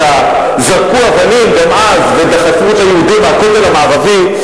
זרקו אבנים גם אז ודחפו את היהודים מהכותל המערבי,